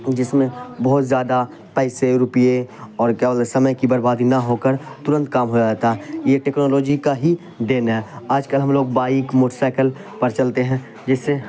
جس میں بہت زیادہ پیسے روپئے اور کیا بولتے سمے کی بربادی نہ ہو کر ترنت کام ہو جاتا ہے یہ ٹیکنالوجی کا ہی دین ہے آج کل ہم لوگ بائک موٹرسائیکل پر چلتے ہیں جس سے